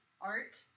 art